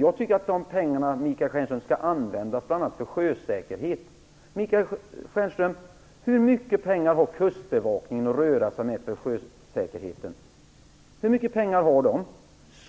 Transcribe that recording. Jag tycker att de pengarna bl.a. Hur mycket pengar har Kustbevakningen att röra sig med för sjösäkerheten? Skar inte